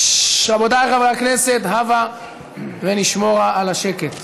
רבותיי חברי הכנסת, הבה ונשמורה על השקט.